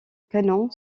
canon